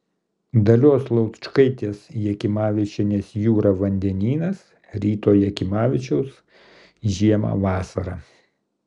dalios laučkaitės jakimavičienės jūra vandenynas ryto jakimavičiaus žiemą vasarą